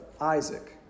Isaac